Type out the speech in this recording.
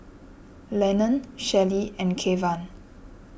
Lenon Shelly and Kevan